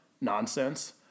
nonsense